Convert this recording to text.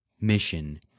mission